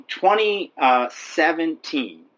2017